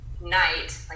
night